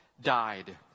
died